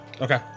Okay